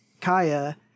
Kaya